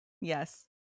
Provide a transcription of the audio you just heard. Yes